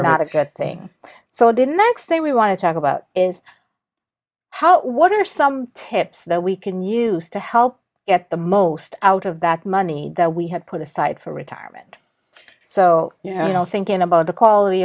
not a good thing so i didn't say we want to talk about is how what are some tips that we can use to help get the most out of that money that we have put aside for retirement so you know thinking about the quality